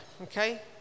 okay